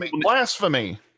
blasphemy